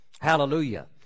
Hallelujah